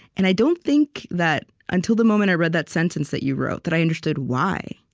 and i don't think that until the moment i read that sentence that you wrote that i understood why.